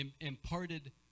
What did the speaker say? imparted